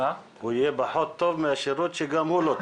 הוא יהיה פחות טוב מהשירות שגם הוא לא טוב.